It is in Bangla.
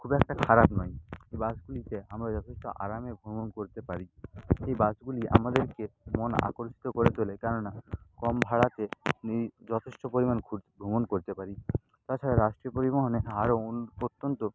খুব একটা খারাপ নয় এই বাসগুলিতে আমরা যথেষ্ট আরামে ভ্রমণ করতে পারি এই বাসগুলি আমাদেরকে মন আকর্ষিত করে তোলে কেননা কম ভাড়াতে যথেষ্ট পরিমাণ ভ্রমণ করতে পারি তাছাড়া রাষ্টীয় পরিবহনে আরও অত্যন্ত